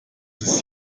ist